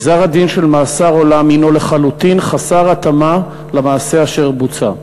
גזר-הדין של מאסר עולם הוא לחלוטין חסר התאמה למעשה אשר בוצע.